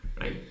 right